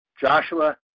Joshua